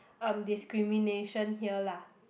um discrimination here lah